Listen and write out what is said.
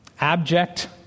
abject